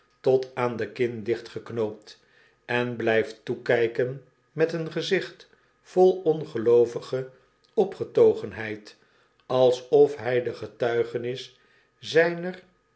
tot aan de kin dichtgeknoopt en blijft toekijken met een gezicht vol ongeloovige opgetogenheid alsof hy de getuigenis zyner